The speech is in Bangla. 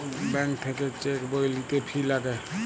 ব্যাঙ্ক থাক্যে চেক বই লিতে ফি লাগে